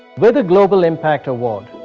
with a global impact award,